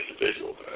individual